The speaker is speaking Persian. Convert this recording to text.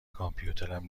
کامپیوترم